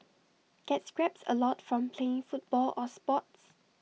get scrapes A lot from playing football or sports